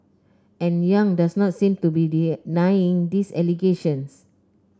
and Yong does not seem to be denying these allegations